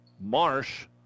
Marsh